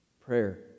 Prayer